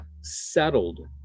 settled